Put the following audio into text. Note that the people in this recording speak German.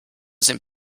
sind